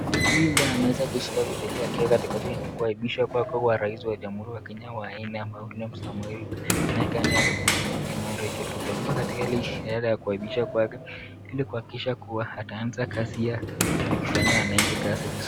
Huyu ambaye ameweza kushika bibilia, kuwapishwa kuwa raisi wa jamuhuri ya Kenya rais wanne, ambayo William Samoei naye kando yake kuna bibi yake mamake Rachael, ako katika ile ishara ya kuwapishwa kwake ili anze kazi ya kufanyia wananchi kazi.